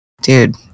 dude